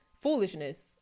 foolishness